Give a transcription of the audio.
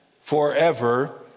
forever